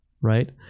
right